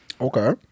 Okay